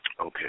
Okay